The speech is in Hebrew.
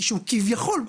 כביכול,